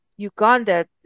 Uganda